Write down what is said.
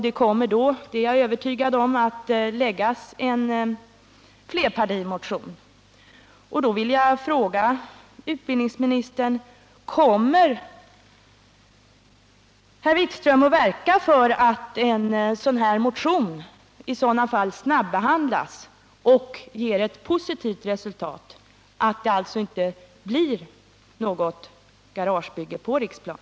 Det kommer då — det är jag övertygad om — att väckas en flerpartimotion i frågan. Jag vill fråga utbildningsministern, om han i så fall kommer att verka för att en sådan motion behandlas snabbt och ger ett positivt resultat, dvs. leder till att det inte blir något garagebygge på Riksplan.